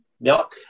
milk